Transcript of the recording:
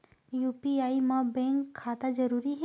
UPI मा bank खाता जरूरी हे?